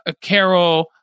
Carol